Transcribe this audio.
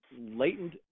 latent